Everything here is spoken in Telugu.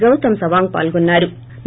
గౌతమ్ సవాంగ్ పాల్గొన్నా రొ